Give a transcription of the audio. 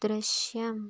ദൃശ്യം